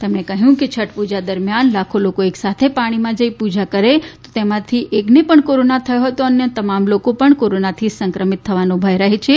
તેમણે કહ્યું કે છઠ પૂજા દરમ્યાન લાખો લોકો એકસાથે પાણીમાં જઈને પૂજા કરે તો તેમાંથી એકને પણ કોરોના થયો હોય તો અન્ય તમામ લોકો પણ કોરોનાથી સંક્રમિત થવાનો ભય છે